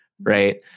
Right